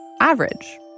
average